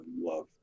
love